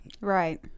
Right